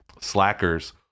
Slackers